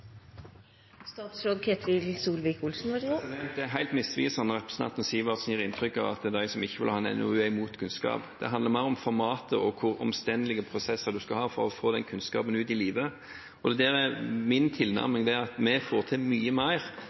Det er helt misvisende når representanten Sivertsen gir inntrykk av at de som ikke vil ha en NOU, er imot kunnskap. Det handler mer om formatet og hvor omstendelige prosesser en skal ha for å sette den kunnskapen ut i livet. Min tilnærming der er at vi får til mye mer